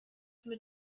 mit